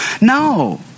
No